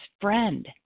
friend